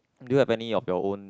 do you have any of your own